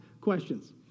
questions